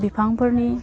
बिफांफोरनि